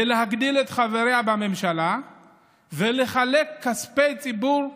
להגדיל את מספר חבריה בממשלה ולחלק כספי ציבור סתם.